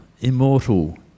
immortal